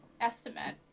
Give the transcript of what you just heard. estimate